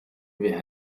wir